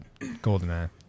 GoldenEye